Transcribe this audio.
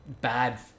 bad